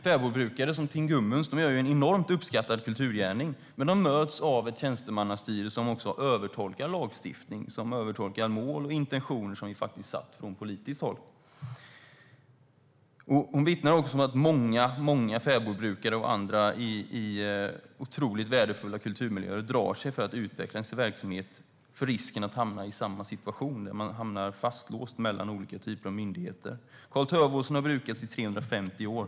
Fäbodbrukare som Tin Gumuns gör en enormt uppskattad kulturgärning. Men de möts av ett tjänstemannastyre som övertolkar lagstiftning, mål och intentioner som vi satt från politiskt håll. Hon vittnar också om att många fäbodbrukare och andra i otroligt värdefulla kulturmiljöer drar sig för att utveckla sin verksamhet inför risken att hamna i samma situation där de blir fastlåsta mellan olika typer av myndigheter. Karl-Tövåsens har brukats i 350 år.